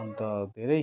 अन्त धेरै